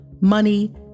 money